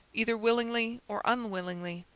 either willingly or unwillingly,